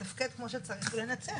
לתפקד כמו שצריך ולנצח.